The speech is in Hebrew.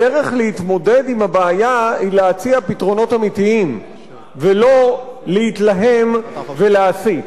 הדרך להתמודד עם הבעיה היא להציע פתרונות אמיתיים ולא להתלהם ולהסית.